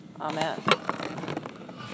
Amen